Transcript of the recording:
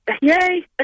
yay